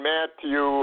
Matthew